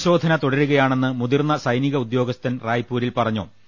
പരിശോധന തുടരുകയാണെന്ന് മുതിർന്ന സൈനിക ഉദ്യോഗസ്ഥൻ റായ്പൂരിൽ പറഞ്ഞു